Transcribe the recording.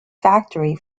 factory